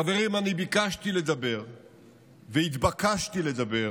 חברים, אני ביקשתי לדבר והתבקשתי לדבר